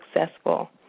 successful